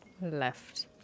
left